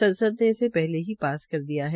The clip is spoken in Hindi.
संसद ने इसे पहले ही पास कर दिया है